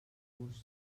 gust